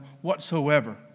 whatsoever